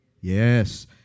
Yes